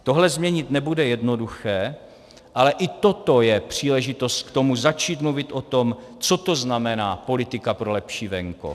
Tohle změnit nebude jednoduché, ale i toto je příležitost k tomu začít mluvit o tom, co to znamená politika pro lepší venkov.